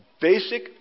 basic